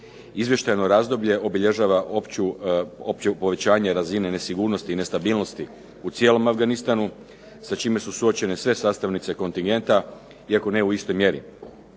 Izvještajno razdoblje obilježava opće povećanje razine nesigurnosti i nestabilnosti u cijelom Afganistanu sa čime su suočene sve sastavnice kontingenta iako ne u istoj mjeri.